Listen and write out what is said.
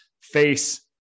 face